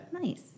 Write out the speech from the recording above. Nice